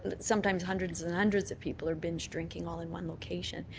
and sometimes hundreds and hundreds of people are binge drinking all in one location.